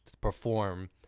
perform